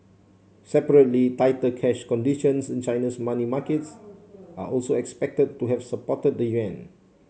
separately tighter cash conditions in China's money markets are also expected to have supported the yuan